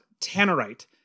Tannerite